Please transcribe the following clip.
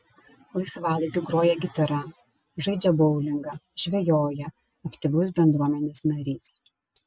laisvalaikiu groja gitara žaidžia boulingą žvejoja aktyvus bendruomenės narys